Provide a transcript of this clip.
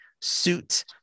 suit